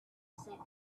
set